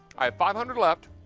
five hundred left,